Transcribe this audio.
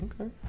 Okay